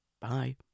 Bye